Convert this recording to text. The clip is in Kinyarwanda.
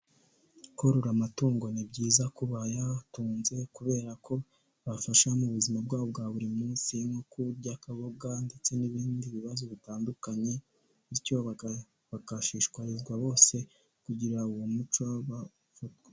Korora amatungo ni byiza kubayatunze kubera ko bibafasha mu buzima bwabo bwa buri munsi, nko ku by'akaboga ndetse n'ibindi bibazo bitandukanye, bityo ba bagashishikarizwa bose kugira uwo muco ba...